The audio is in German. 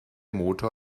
motor